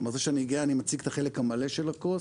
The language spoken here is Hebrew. כלומר זה שאני גאה אני מציג את החלק המלא של הכוס